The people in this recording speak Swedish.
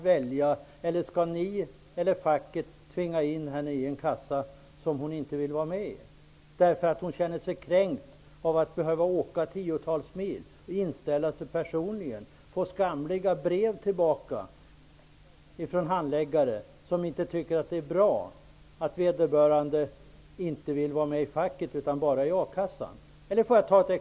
Eller skall socialdemokraterna eller fackföreningen tvinga in henne i en kassa som hon inte vill vara med i, därför att hon dels känner sig kränkt av att behöva åka tiotalet mil för personlig inställelse, dels får oförskämda brev av en handläggare som tycker att det inte är bra att vederbörande inte är med i akassan om man är med i facket.